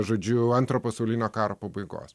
žodžiu antro pasaulinio karo pabaigos